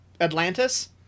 Atlantis